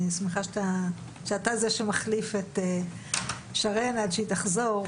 אני שמחה שאתה זה שמחליף את שרן עד שהיא תחזור,